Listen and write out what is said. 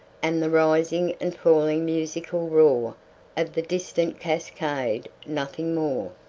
and the rising and falling musical roar of the distant cascade nothing more!